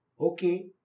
Okay